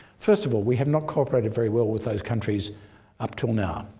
first of all, we have not cooperated very well with those countries up til now.